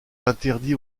interdit